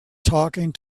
talking